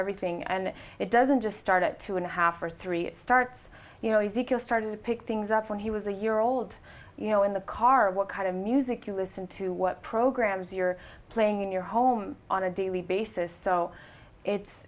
everything and it doesn't just start at two and a half or three starts you know if he can started to pick things up when he was a year old you know in the car what kind of music you listen to what programs you're playing in your home on a daily basis so it's